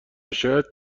شاید